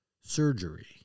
surgery